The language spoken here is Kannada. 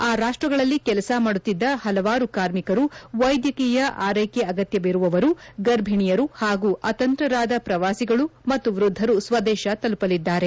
ಆ ರಾಷ್ಸಗಳಲ್ಲಿ ಕೆಲಸ ಮಾಡುತ್ತಿದ್ದ ಹಲವಾರು ಕಾರ್ಮಿಕರು ವೈದ್ಯಕೀಯ ಆರೈಕೆ ಅಗತ್ಯವಿರುವವರು ಗರ್ಭಿಣಿಯರು ಹಾಗೂ ಅತಂತ್ರರಾದ ಪ್ರವಾಸಿಗಳು ಮತ್ತು ವೃದ್ದರು ಸ್ವದೇಶ ತಲುಪಲಿದ್ದಾರೆ